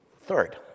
Third